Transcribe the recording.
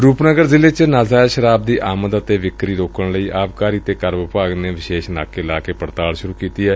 ਰੁਪਨਗਰ ਜ਼ਿਲੇ ਚ ਨਾਜਾਇਜ਼ ਸ਼ਰਾਬ ਦੀ ਆਮਦ ਅਤੇ ਵਿਕਰੀ ਰੋਕਣ ਲਈ ਆਬਕਾਰੀ ਤੇ ਕਰ ਵਿਭਾਗ ਨੇ ਵਿਸ਼ੇਸ਼ ਨਾਕੇ ਲਾ ਕੇ ਪੜਤਾਲ ਸੂਰੁ ਕੀਤੀ ਏ